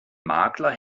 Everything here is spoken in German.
makler